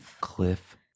cliff